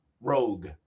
rogue